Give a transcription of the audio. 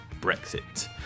Brexit